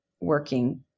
working